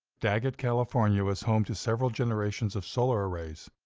daggett, california was home to several generations of solar arrays.